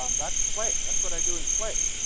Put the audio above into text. um that's play. that's what i do in play.